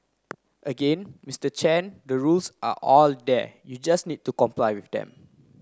again Mr Chen the rules are all there you just need to comply with them